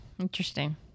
Interesting